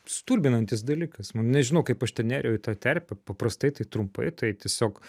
stulbinantis dalykas man nežinau kaip aš ten nėriau į tą terpę paprastai tai trumpai tai tiesiog